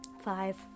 five